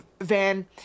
van